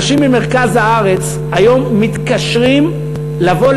אנשים ממרכז הארץ היום מתקשרים לבוא